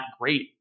great